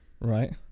Right